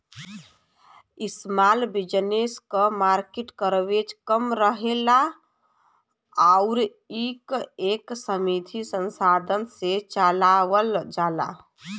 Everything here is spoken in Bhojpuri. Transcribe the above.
स्माल बिज़नेस क मार्किट कवरेज कम रहला आउर इ एक सीमित संसाधन से चलावल जाला